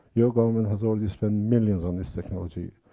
your government has already spent millions on this technology.